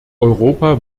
europa